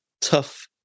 tough